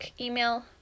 email